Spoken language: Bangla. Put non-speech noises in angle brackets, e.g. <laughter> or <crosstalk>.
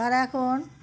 <unintelligible>